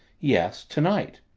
yes tonight.